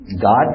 God